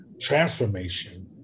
transformation